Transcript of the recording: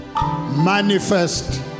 manifest